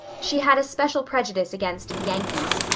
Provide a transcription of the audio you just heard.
she had a special prejudice against yankees.